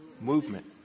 Movement